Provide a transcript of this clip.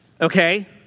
okay